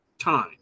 time